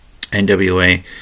NWA